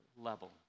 level